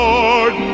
Lord